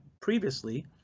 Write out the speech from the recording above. previously